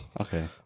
Okay